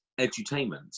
edutainment